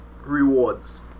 rewards